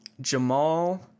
Jamal